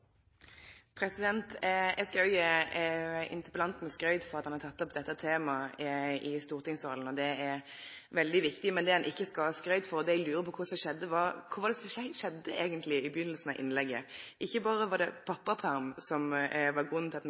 arbeid. Eg skal òg gje interpellanten skryt for at han har teke opp dette temaet i stortingssalen. Det er veldig viktig. Men så lurer eg på – og det skal han ikkje ha skryt for – kva som eigentleg skjedde i byrjinga av innlegget? Ikkje berre var det pappaperm som var grunnen til at me